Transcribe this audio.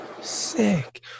Sick